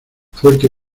fuerte